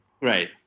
Right